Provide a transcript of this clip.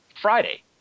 Friday